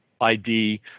ID